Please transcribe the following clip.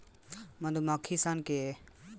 मधुमक्खी सन के जीवन पैतालीस दिन के होखेला